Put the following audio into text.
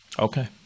Okay